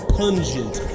pungent